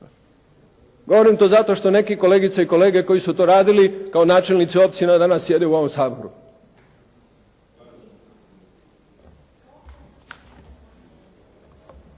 Govorim to zato što neki kolegice i kolege koji su to radili kao načelnici općina danas sjede u ovom Saboru.